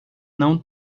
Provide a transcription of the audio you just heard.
não